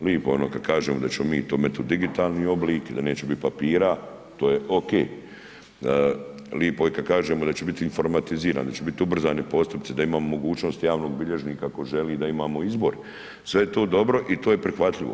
Lipo ono kad kažemo da ćemo to met u digitalni oblik, da neće biti papira, to je ok, lipo je kad kažemo da će biti informatizirani, da će biti ubrzani postupci, da imamo mogućnost javnog bilježnika ako želi, da imamo izbor, sve je to dobro i to je prihvatljivo.